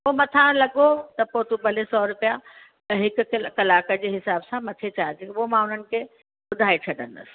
पोइ मथां लॻो त पोइ तूं भले सौ रुपिया त हिक की हिकु कलाक जे हिसाब सां मथे चार्ज उहो मां उन्हनि खे ॿुधाए छॾंदसि